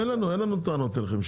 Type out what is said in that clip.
אין לנו טענות אליכם,